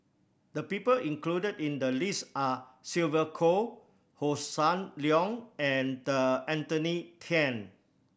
the people included in the list are Sylvia Kho Hossan Leong and Anthony Then